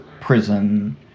prison